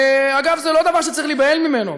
ואגב, זה לא דבר שצריך להיבהל ממנו.